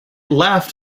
laughed